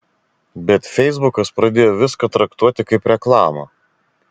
bet feisbukas pradėjo viską traktuoti kaip reklamą